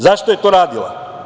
Zašto je to radila?